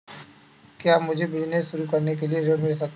क्या मुझे बिजनेस शुरू करने के लिए ऋण मिल सकता है?